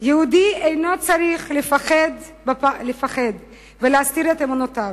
יהודי אינו צריך לפחד ולהסתיר את אמונותיו,